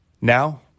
Now